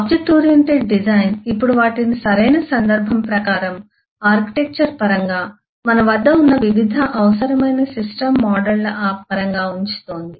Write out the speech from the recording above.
object oriented design ఇప్పుడు వాటిని సరైన సందర్భం ప్రకారం ఆర్కిటెక్చర్ పరంగా మన వద్ద ఉన్న వివిధ అవసరమైన సిస్టమ్ మోడళ్ల పరంగా ఉంచుతోంది